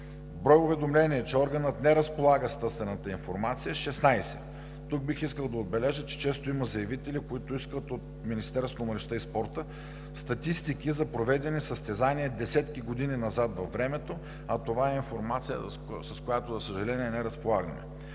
брой уведомления, че органът не разполага с търсената информация – 16. Тук бих искал да отбележа, че често има заявители, които искат от Министерството на младежта и спорта статистики за проведени състезания десетки години назад във времето, а това е информация, с която, за съжаление, не разполагаме.